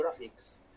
graphics